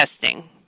testing